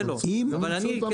אבל אני כצרכן